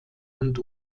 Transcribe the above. und